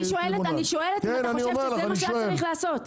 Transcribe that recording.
אני שואלת אם אתה חושב שזה מה שהיה צריך לעשות?